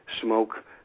smoke